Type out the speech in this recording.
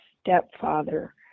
stepfather